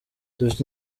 dufite